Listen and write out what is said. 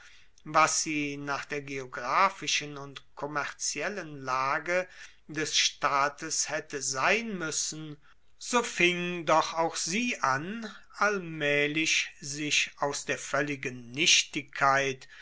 was sie nach der geographischen und kommerziellen lage des staates haette sein muessen so fing doch auch sie an allmaehlich sich aus der voelligen nichtigkeit